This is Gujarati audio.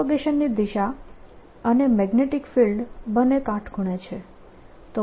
પ્રોપગેશનની દિશા અને મેગ્નેટીક ફિલ્ડ બંને કાટખૂણે છે